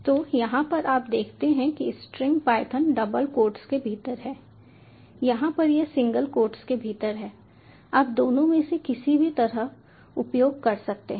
तो यहाँ पर आप देखते हैं कि स्ट्रिंग पायथन डबल कोट्स के भीतर है यहाँ पर यह सिंगल कोट्स के भीतर है आप दोनों में से किसी भी तरह उपयोग कर सकते हैं